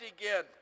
again